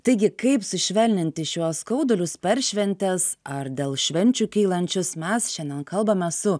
taigi kaip sušvelninti šiuos skaudulius per šventes ar dėl švenčių kylančius mes šiandien kalbame su